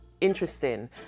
interesting